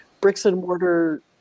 bricks-and-mortar